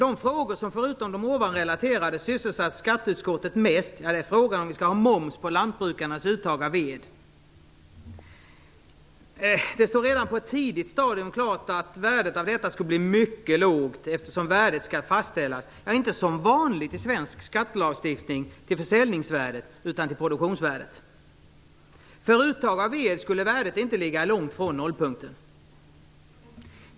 Den fråga som förutom de tidigare relaterade sysselsatt skatteutskottet mest är frågan om vi skall ha moms på lantbrukarnas uttag av ved. Det stod redan på ett tidigt stadium klart att värdet av detta skulle bli mycket lågt, eftersom värdet skall fastställas till produktionsvärdet och inte till försäljningsvärdet, som är vanligt i svensk skattelagstiftning. För uttag av ved skulle värdet inte ligga långt från nollpunkten.